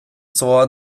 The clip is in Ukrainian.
слова